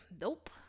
nope